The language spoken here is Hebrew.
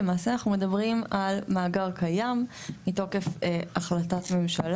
למעשה אנחנו מדברים על מאגר קיים מתוף החלטת ממשלה.